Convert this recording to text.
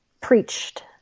preached